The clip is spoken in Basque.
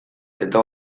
eta